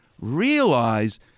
realize